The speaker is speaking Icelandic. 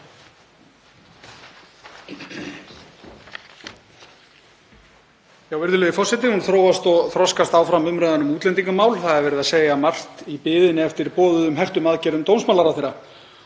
Virðulegur forseti. Hún þróast og þroskast áfram umræðan um útlendingamál. Það er verið að segja margt í biðinni eftir boðuðum hertum aðgerðum dómsmálaráðherra.